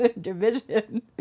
division